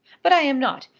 but i am not,